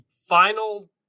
final